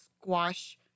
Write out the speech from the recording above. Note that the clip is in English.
squash